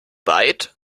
weit